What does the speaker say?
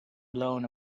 blown